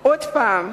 עוד פעם,